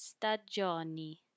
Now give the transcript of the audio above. stagioni